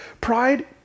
Pride